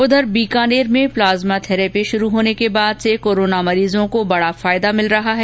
उंधर बीकानेर में plasma therapy शुरु होने के बाद से कोरोना मरीजों को फायदा मिल रहा है